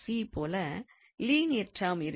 போல linear term இருக்கிறது